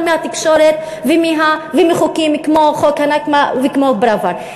מהתקשורת ומחוקים כמו חוק הנכבה וכמו חוק פראוור.